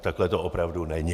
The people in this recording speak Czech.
Takhle to opravdu není.